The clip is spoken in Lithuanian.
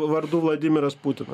vardu vladimiras putinas